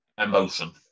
emotion